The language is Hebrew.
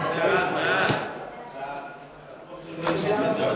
להעביר את הצעת חוק זכות יוצרים (תיקון,